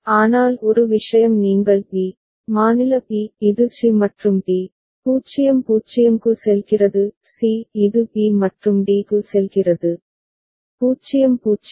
ஆனால் ஒரு விஷயம் நீங்கள் பி மாநில பி இது சி மற்றும் டி 0 0 க்கு செல்கிறது c இது b மற்றும் d க்கு செல்கிறது 0 0